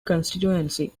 constituency